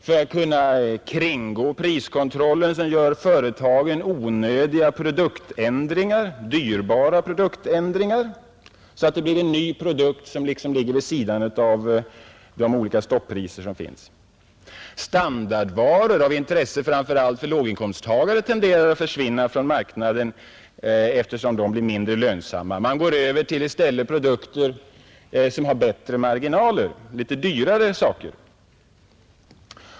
För att kunna kringgå priskontrollen gör företagen onödiga och dyrbara produktändringar, så att det blir en ny produkt som ligger vid sidan av de stoppriser som finns. Standardvaror av intresse framför allt för låginkomsttagare tenderar att försvinna från marknaden, eftersom de blir mindre lönsamma, och man går över till produkter med bättre marginaler, alltså till dyrare saker.